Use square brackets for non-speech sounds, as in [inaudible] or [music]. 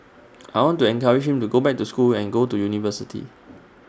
[noise] I want to encourage him to go back to school and go to university